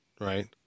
right